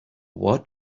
what